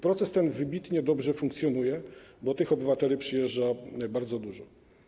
Proces ten wybitnie dobrze funkcjonuje, bo tych obywateli przyjeżdża bardzo dużo.